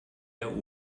der